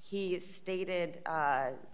he stated